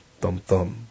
thump-thump